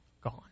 gone